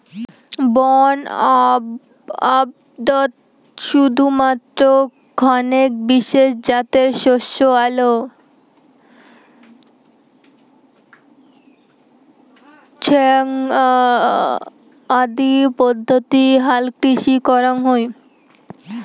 বন আবদত শুধুমাত্র খানেক বিশেষ জাতের শস্য আলো ছ্যাঙা আদি পদ্ধতি হালকৃষি করাং হই